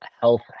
health